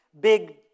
Big